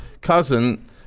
cousin